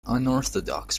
unorthodox